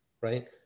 right